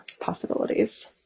possibilities